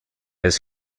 his